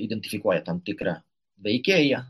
identifikuoja tam tikrą veikėją